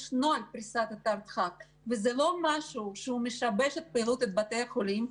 יש נוהל פריסת אתר דחק וזה לא משהו שמשבש את פעילות בתי החולים,